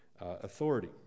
authority